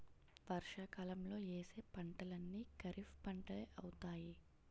వర్షాకాలంలో యేసే పంటలన్నీ ఖరీఫ్పంటలే అవుతాయి